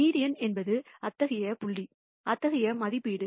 median என்பது அத்தகைய புள்ளி அத்தகைய மதிப்பீடு